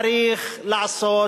צריך לעשות